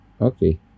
okay